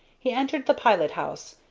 he entered the pilot-house,